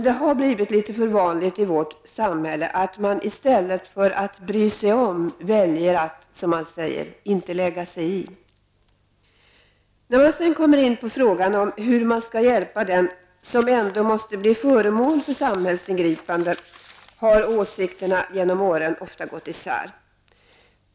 Det har blivit litet för vanligt i vårt samhälle att man i stället för ''att bry sig om'' väljer ''att inte lägga sig i''. När det gäller frågan om hur man skall hjälpa dem som ändå måste bli föremål för samhällsingripanden har åsikterna genom åren ofta gått isär.